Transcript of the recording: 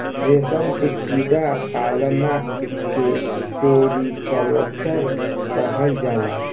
रेशम के कीड़ा पालन के सेरीकल्चर कहल जाला